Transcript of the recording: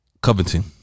Covington